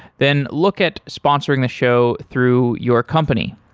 then look at sponsoring the show through your company.